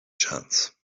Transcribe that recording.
chance